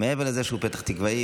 מעבר לזה שהוא פתח תקוואי,